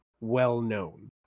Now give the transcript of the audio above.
well-known